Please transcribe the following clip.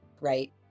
right